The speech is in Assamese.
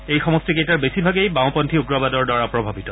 এই সমষ্টি কেইটাৰ বেছিভাগে বাওপন্থী উগ্ৰবাদৰ দ্বাৰা প্ৰভাৱিত